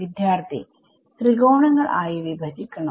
വിദ്യാർത്ഥി ത്രികോണങ്ങൾ ആയി വിഭജിക്കണം